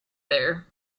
there